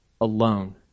alone